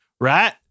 right